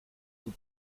vous